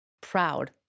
proud